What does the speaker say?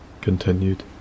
continued